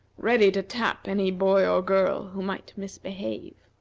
ready to tap any boy or girl who might misbehave.